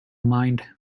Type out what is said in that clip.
mind